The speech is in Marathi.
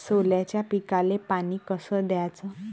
सोल्याच्या पिकाले पानी कस द्याचं?